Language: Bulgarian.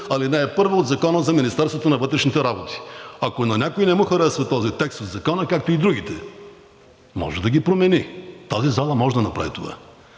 чл. 83, ал. 1 от Закона за Министерството на вътрешните работи. Ако на някого не му харесва този текст от Закона, както и другите – може да ги промени. Тази зала може да направи това,